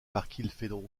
barkilphedro